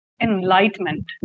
enlightenment